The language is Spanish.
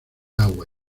agua